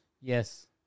Yes